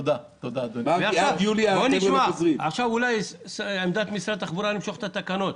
בואו נשמע, אולי עמדת המשרד היא למשוך את התקנות.